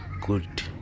good